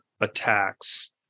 attacks